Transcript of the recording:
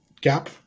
gap